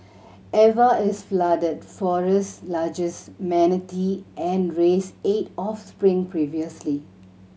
Eva is Flooded Forest's largest manatee and raised eight offspring previously